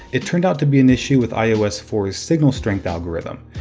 it turned out to be an issue with ios four s signal strength algorithm.